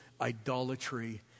idolatry